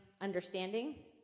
understanding